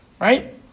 Right